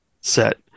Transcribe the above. set